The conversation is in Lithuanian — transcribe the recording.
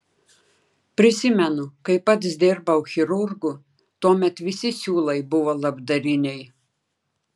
prisimenu kai pats dirbau chirurgu tuomet visi siūlai buvo labdariniai